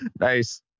Nice